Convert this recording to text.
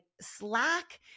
slack